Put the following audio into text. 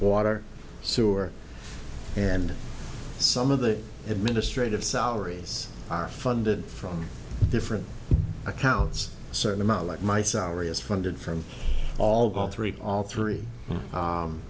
water sewer and some of the administrative salaries are funded from different accounts a certain amount like my salary is funded from all three all three